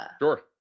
Sure